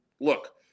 look